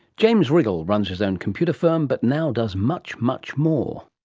james riggall runs his own computer firm but now does much, much more.